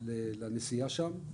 לנסיעה שם,